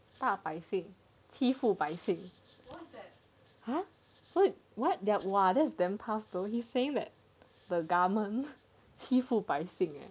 大百姓欺负百姓 !huh! what what !wah! that's damn tough though he saying that the government 欺负百姓